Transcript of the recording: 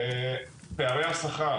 פערי השכר